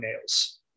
nails